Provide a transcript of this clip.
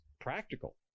practical